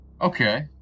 Okay